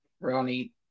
Ronnie